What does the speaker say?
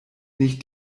nicht